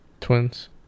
Twins